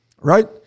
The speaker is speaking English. Right